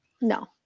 no